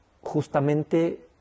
justamente